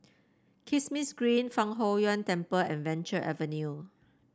Kismis Green Fang Huo Yuan Temple and Venture Avenue